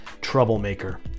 troublemaker